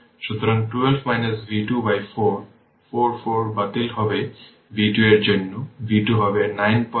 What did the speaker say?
সুতরাং 12 v 2 by 4 4 4 বাতিল হবে v 2 এর জন্য v 2 হবে 96 ভোল্ট